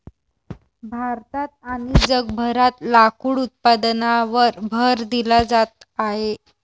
भारतात आणि जगभरात लाकूड उत्पादनावर भर दिला जात आहे